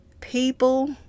People